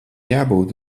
jābūt